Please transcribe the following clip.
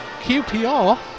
QPR